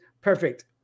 perfect